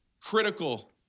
critical